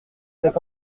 cet